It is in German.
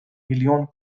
million